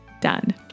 done